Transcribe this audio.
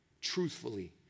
truthfully